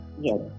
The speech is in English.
yes